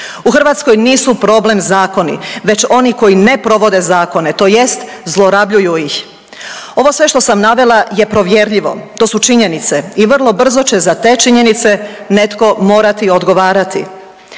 U Hrvatskoj nisu problem zakoni već oni koji ne provode zakone, tj. zlorabljuju ih. Ovo sve što sam navela je provjerljivo, to su činjenice i vrlo brzo će za te činjenice netko morati odgovarati.